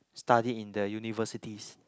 study in the universities